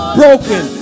broken